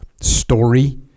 Story